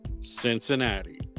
Cincinnati